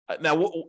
Now